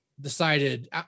decided